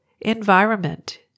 Environment